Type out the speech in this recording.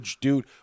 dude